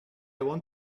want